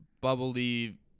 bubbly